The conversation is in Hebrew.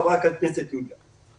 חברת הכנסת יוליה מלינובסקי.